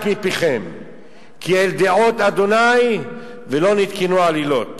מפיכם כי אל דעות ה' ולו נתכנו עלילות.